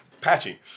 Patchy